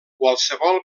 qualsevol